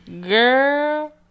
Girl